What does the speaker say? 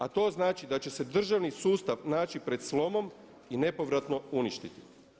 A to znači da će se državni sustav naći pred slomom i nepovratno uništiti.